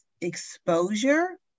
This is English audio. exposure